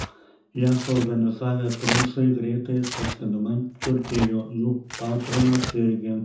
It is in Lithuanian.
ją suorganizavę princai greitai ir pastebimai turtėjo jų patronas irgi